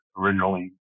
originally